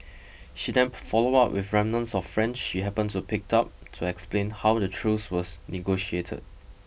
she then followed up with remnants of French she happened to picked up to explain how the truce was negotiated